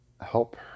help